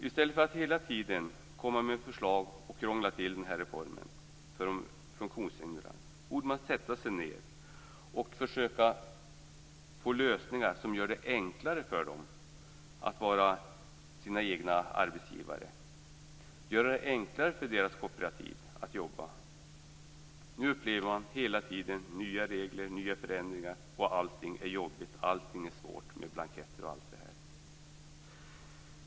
I stället för att hela tiden komma med förslag och krångla till den här reformen för de funktionshindrade borde man sätta sig ned och försöka åstadkomma lösningar som göra det enklare för dem att vara sina egna arbetsgivare och göra det enklare för deras kooperativ att jobba. Nu upplever de i stället nya regler och nya förändringar, och allt är jobbigt och svårt, bl.a. med blanketter.